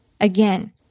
again